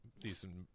decent –